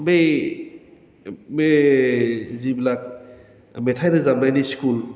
बै बे जि बिलाक मेथाइ रोजाबनायनि स्कुल